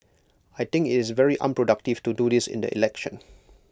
I think IT is very unproductive to do this in the election